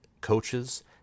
coaches